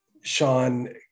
Sean